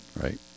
Right